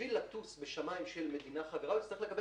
בשביל לטוס בשמיים של מדינה חברה הוא יצטרך לקבל